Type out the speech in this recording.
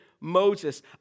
Moses